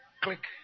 Click